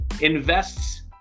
invests